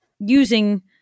using